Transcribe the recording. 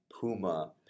Puma